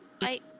Bye